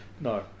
No